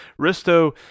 Risto